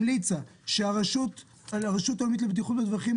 המליצה שהרשות הלאומית לבטיחות בדרכים